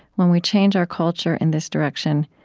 when we change our culture in this direction,